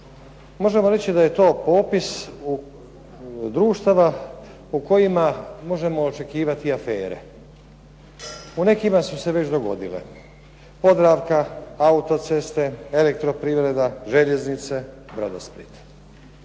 Možemo reći da je to popis društava u kojima možemo očekivati afere. U nekima su se već dogodile – Podravka, Autoceste, Elektroprivreda, Željeznice, Brodosplit.